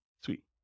Sweet